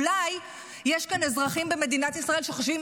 אולי יש כאן אזרחים במדינת ישראל שחושבים